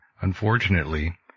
Unfortunately